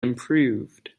improved